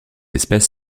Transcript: espèce